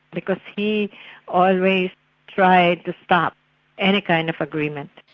because he always tried to stop any kind of agreement.